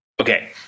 Okay